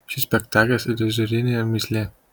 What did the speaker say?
šis spektaklis iliuzorinė mįslė